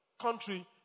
country